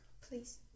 please